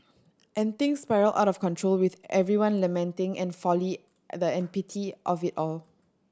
and things spiral out of control with everyone lamenting and folly the an pity of it all